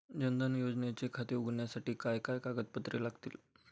जनधन योजनेचे खाते उघडण्यासाठी काय काय कागदपत्रे लागतील?